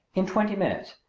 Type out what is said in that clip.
in twenty minutes.